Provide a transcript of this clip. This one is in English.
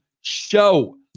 show